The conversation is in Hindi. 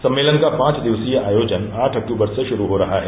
सम्मेलन का पांच दिवसीय आयोजन आठ अक्टूबर से शुरू हो रहा है